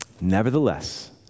Nevertheless